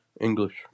English